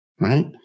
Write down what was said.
right